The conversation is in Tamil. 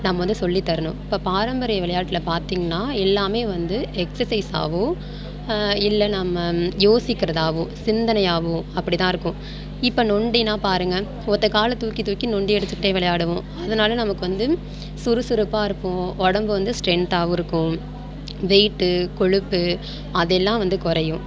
நம்ம வந்து சொல்லி தரணும் இப்போ பாரம்பரிய விளையாட்டில் பார்த்திங்கனா எல்லாமே வந்து எக்ஸசைஸாவும் இல்லை நம்ம யோசிக்கிறதாவும் சிந்தனையாவும் அப்படி தான் இருக்கும் இப்போ நொண்டினா பாருங்க ஒருத்தன் காலை தூக்கி தூக்கி நொண்டி அடிச்சுக்கிட்டே விளையாடுவோம் அதனால நமக்கு வந்து சுறுசுறுப்பாக இருக்கும் உடம்பு வந்து ஸ்ட்ரென்த்தாகவும் இருக்கும் வெய்ட்டு கொழுப்பு அதெல்லாம் வந்து குறையும்